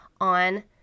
on